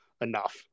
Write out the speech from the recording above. enough